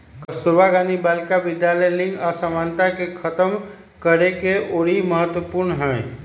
कस्तूरबा गांधी बालिका विद्यालय लिंग असमानता के खतम करेके ओरी महत्वपूर्ण हई